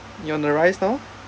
you on the rise now